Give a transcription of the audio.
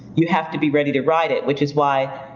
you have to be ready to ride it, which is why,